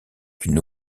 qu’une